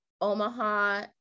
Omaha